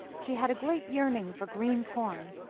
she had a great yearning for green corn.